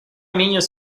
niños